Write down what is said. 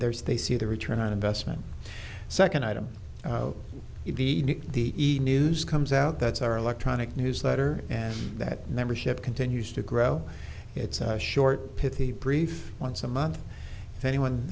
theirs they see the return on investment second item in the news comes out that's our electronic newsletter and that membership continues to grow it's a short pithy brief once a month if anyone